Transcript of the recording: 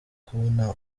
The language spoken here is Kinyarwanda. kubona